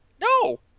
No